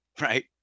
right